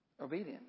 Obedience